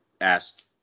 asked